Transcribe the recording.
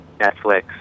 Netflix